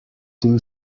two